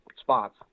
spots